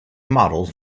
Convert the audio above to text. models